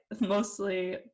mostly